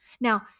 Now